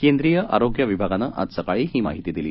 केंद्रीय आरोग्य विभागानं आज सकाळी ही माहिती दिली